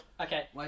Okay